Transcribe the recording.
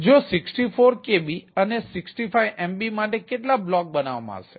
તેથી જો 64 Kb અને 65 MB માટે કેટલા બ્લોક બનાવવામાં આવશે